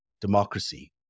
democracy